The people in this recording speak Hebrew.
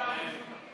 התשע"ח 2018,